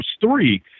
three